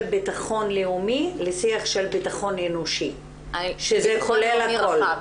בטחון לאומי לשיח של בטחון אנושי שזה כולל הכל.